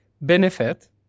benefit